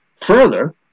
further